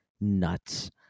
nuts